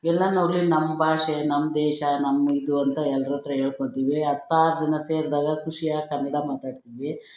ಎಲ್ಲಾನ ಹೋಗಲಿ ನಮ್ಮ ಭಾಷೆ ನಮ್ಮ ದೇಶ ನಮ್ಮ ಇದು ಅಂತ ಎಲ್ಲರ ಹತ್ತಿರ ಹೇಳ್ಕೊತೀವಿ ಹತ್ತಾರು ಜನ ಸೇರಿದಾಗ ಖುಷಿಯಾಗಿ ಕನ್ನಡ ಮಾತಾಡ್ತೀವಿ